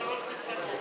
שלוש מפלגות.